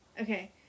Okay